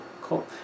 Cool